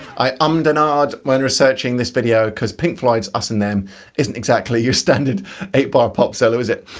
i um-ed and ah-ed when researching this video because pink floyd's us and them isn't exactly your standard eight bar pop solo is it?